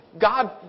God